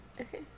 Okay